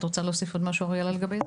אריאלה, את רוצה להוסיף משהו לגבי זה?